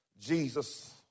Jesus